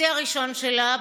השיא הראשון שלה,